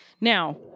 Now